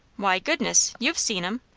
why, goodness! you've seen em.